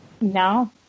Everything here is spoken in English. No